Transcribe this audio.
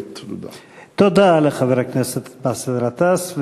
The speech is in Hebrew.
תודה לחבר הכנסת באסל גטאס.